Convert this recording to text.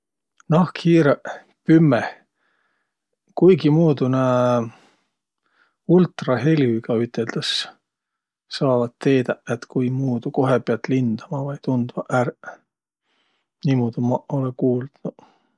Nahkhiireq pümmeh, kuigimuudu nä, ultrahelüga üteldäs, saavaq teedäq, et kuimuudu, kohe piät lindama vai tundvaq ärq. Niimuudu maq olõ kuuldnuq.